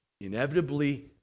inevitably